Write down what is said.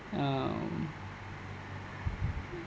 um